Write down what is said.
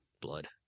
blood